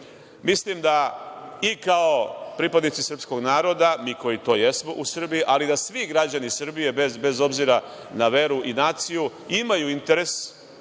da, i kao pripadnici srpskog naroda mi koji to jesmo u Srbiji, ali da svi građani Srbije, bez obzira na veru i naciju, imaju interes